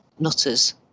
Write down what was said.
nutters